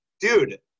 Dude